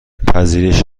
پذیرش